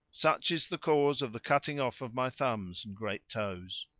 such is the cause of the cutting off of my thumbs and great toes.